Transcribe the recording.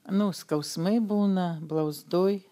nu skausmai būna blauzdoj